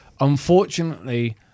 Unfortunately